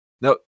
now